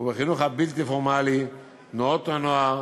ובחינוך הבלתי-פורמלי, תנועות הנוער